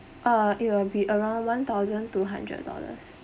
uh it will be around one thousand two hundred dollars